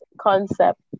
concept